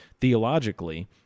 theologically